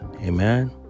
Amen